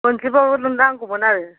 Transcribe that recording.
मोनजोबाबो नांगौमोन आरो